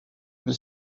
lui